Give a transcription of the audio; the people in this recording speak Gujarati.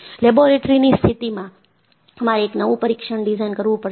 લેબોરેટરીની સ્થિતિમાં તમારે એક નવું પરીક્ષણ ડિઝાઇન કરવું પડશે